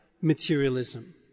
materialism